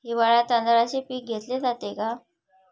हिवाळ्यात तांदळाचे पीक घेतले जाते का?